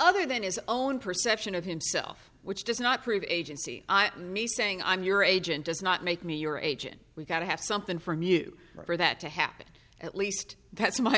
other than his own perception of himself which does not prove agency i am me saying i'm your agent does not make me your agent we've got to have something from you for that to happen at least that's my